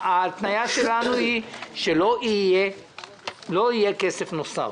ההתניה שלנו היא שלא יהיה כסף נוסף.